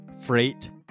Freight